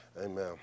Amen